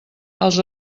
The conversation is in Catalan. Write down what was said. els